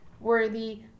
worthy